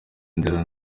inzira